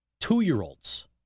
two-year-olds